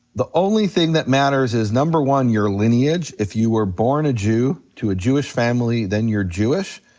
the only thing that matters is number one, your lineage, if you were born a jew to a jewish family, then you're jewish.